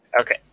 Okay